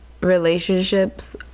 relationships